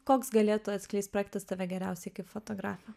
koks galėtų atskleist projektas tave geriausiai kaip fotografę